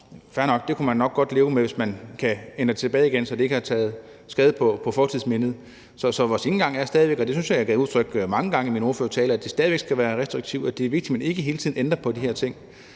det kan man nok godt leve med, hvis man kan ændre det tilbage igen, så det ikke har gjort skade på fortidsmindet. Så vores tilgang er stadig væk – og det synes jeg at jeg gav udtryk for mange gange i min ordførertale – at det skal være restriktivt, og at det er vigtigt, at man ikke hele tiden ændrer på de her ting.